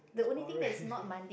that's boring